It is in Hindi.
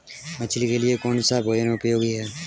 मछली के लिए कौन सा भोजन उपयोगी है?